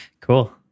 Cool